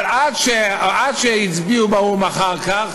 אבל עד שהצביעו באו"ם אחר כך